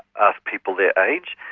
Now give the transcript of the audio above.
ah people their age,